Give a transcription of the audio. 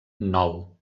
nou